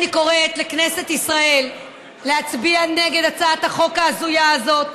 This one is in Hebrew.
אני קוראת לכנסת ישראל להצביע נגד הצעת החוק ההזויה הזאת,